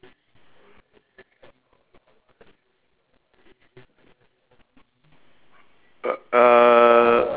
err